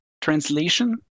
translation